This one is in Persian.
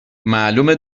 معلومه